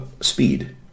speed